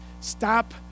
Stop